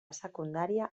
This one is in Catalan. secundària